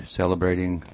celebrating